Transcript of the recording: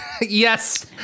Yes